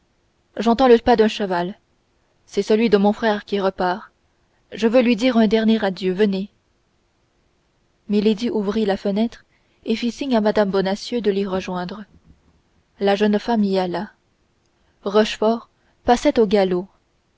j'entends le pas d'un cheval c'est celui de mon frère qui repart je veux lui dire un dernier adieu venez milady ouvrit la fenêtre et fit signe à mme bonacieux de l'y rejoindre la jeune femme y alla rochefort passait au galop